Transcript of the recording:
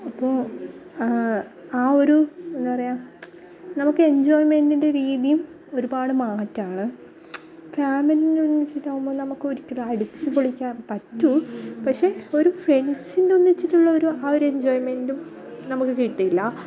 അപ്പോൾ ആ ഒരു എന്താണ് പറയുക നമുക്ക് എന്ജോയിമെന്റിന്റെ രീതിയും ഒരുപാട് മാറ്റമാണ് ഫാമിലിൻ്റെ ഒന്നിച്ചിട്ടാവുമ്പോൾ നമുക്ക് ഒരിക്കലും അടിച്ച് പൊളിക്കാന് പറ്റും പക്ഷെ ഒരു ഫ്രണ്ട്സിന്റെ ഒന്നിച്ചിട്ടുള്ള ഒരു ആ ഒരു എന്ജോയിമെന്റും നമുക്ക് കിട്ടില്ല